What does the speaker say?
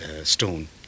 stone